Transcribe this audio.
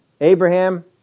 Abraham